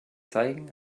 zeigen